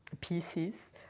pieces